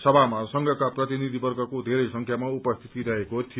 सभामा संघका प्रतिनिधिवर्गको धेरै संख्यामा उपस्थिति रहेको थियो